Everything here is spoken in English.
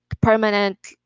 permanent